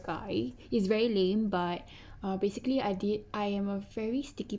guy he's very lame but ah basically I did I am a very sticky